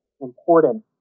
important